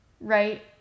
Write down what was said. right